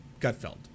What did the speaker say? Gutfeld